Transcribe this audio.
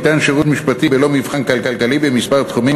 ניתן שירות משפטי בלא מבחן כלכלי בכמה תחומים,